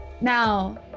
now